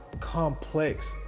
complex